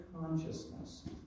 consciousness